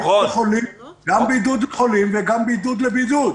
גם בידוד חולים וגם בידוד לבידוד.